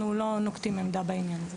אנחנו לא נוקטים עמדה בעניין הזה.